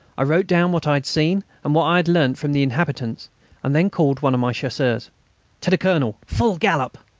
i wrote down what i had seen and what i had learnt from the inhabitants and then called one of my chasseurs to the colonel, full gallop!